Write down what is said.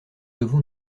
devons